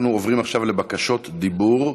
אנחנו עוברים עכשיו לבקשות דיבור.